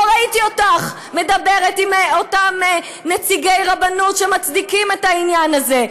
לא ראיתי אותך מדברת עם נציגי הרבנות שמצדיקים את העניין הזה.